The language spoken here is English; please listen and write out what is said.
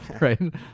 right